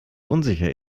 unsicher